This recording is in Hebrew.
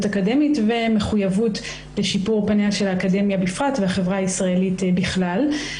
אקדמית ומחויבות לשיפור פניה של האקדמיה בפרט והחברה הישראלית בכלל.